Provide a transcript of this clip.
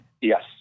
yes